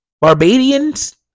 Barbadians